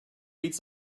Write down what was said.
reads